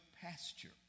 pasture